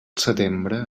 setembre